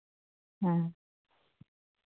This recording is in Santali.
ᱦᱮᱸ